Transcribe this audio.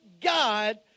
God